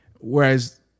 Whereas